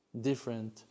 different